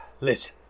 Listen